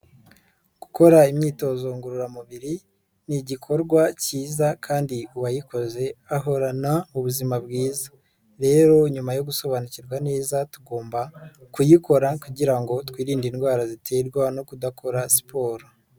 Gukora imyitozo ngororamubiri ni igikorwa cyiza kandi uwayikoze ahorana ubuzima bwiza, rero nyuma yo gusobanukirwa neza tugomba kuyikora kugira ngo twirinde indwara ziterwa no kudakora siporo.